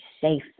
safe